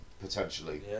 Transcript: potentially